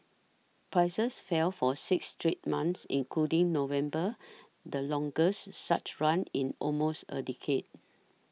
prices fell for six straight months including November the longest such run in almost a decade